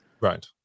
Right